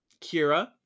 kira